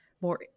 more